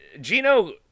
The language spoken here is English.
Gino